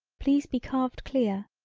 please be carved clear,